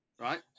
Right